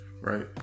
right